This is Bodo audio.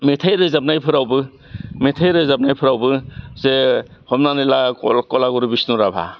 मेथाइ रोजाबनायफोरावबो मेथाइ रोजाबनायफ्रावबो जे हमनानै ला कल कलागुरु बिष्णु राभा